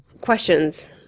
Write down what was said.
questions